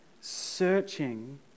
searching